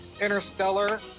Interstellar